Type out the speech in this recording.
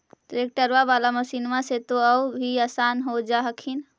ट्रैक्टरबा बाला मसिन्मा से तो औ भी आसन हो जा हखिन?